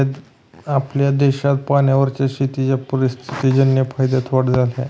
आपल्या देशात पाण्यावरच्या शेतीच्या परिस्थितीजन्य फायद्यात वाढ झाली आहे